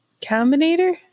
Combinator